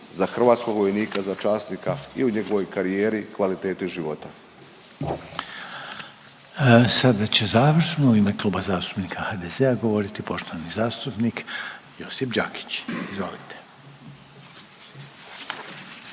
za hrvatskog vojnika, za časnika i u njegovoj karijeri i kvaliteti života. **Reiner, Željko (HDZ)** Sada će završno u ime Kluba zastupnika HDZ-a govoriti poštovani zastupnik Josip Đakić, izvolite.